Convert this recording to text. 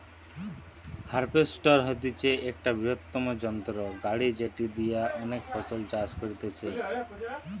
harvester হতিছে একটা বৃহত্তম যন্ত্র গাড়ি যেটি দিয়া অনেক ফসল চাষ করতিছে